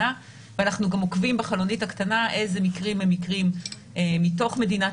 אנחנו גם עוקבים בחלונית הקטנה איזה מקרים הם מתוך מדינת